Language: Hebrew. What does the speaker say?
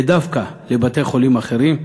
ודווקא לבתי-חולים אחרים,